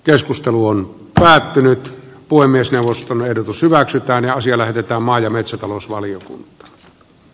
keskustelu on päättynyt puhemiesneuvoston ehdotus hyväksytään ja asia lähetetään maa ja arvoisa puheenjohtaja